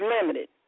limited